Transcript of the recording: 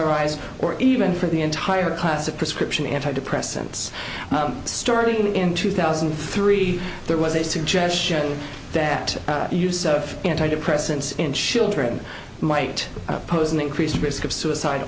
i eyes or even for the entire class of prescription antidepressants starting in two thousand and three there was a suggestion that the use of antidepressants in children might pose an increased risk of suicide